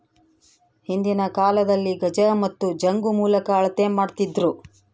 ಹಿಂದಿನ ಕಾಲದಲ್ಲಿ ಗಜ ಮತ್ತು ಜಂಗು ಮೂಲಕ ಅಳತೆ ಮಾಡ್ತಿದ್ದರು